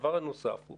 הדבר הנוסף הוא